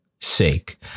sake